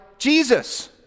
Jesus